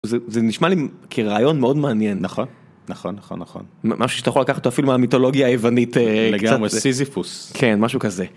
זה נשמע לי כי רעיון מאוד מעניין נכון נכון נכון נכון מה שאתה יכול לקחת אפילו המיתולוגיה היוונית לגמרי סיזיפוס כן משהו כזה.